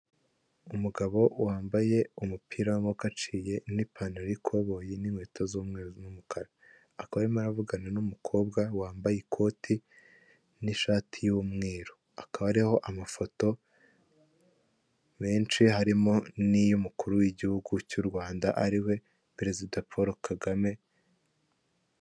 Umugabo wambaye umupira wamaboko aciye n'ipantaro y'ikoboyi n'inkweto z'umweru n'umukara akaba arimo aravugana n'umukobwa wambaye ikoti n'ishati y'umweru akaba ariho amafoto menshi harimo n'y'umukuru w'igihugu cy'u Rwanda ariwe perezida Paul Kagame.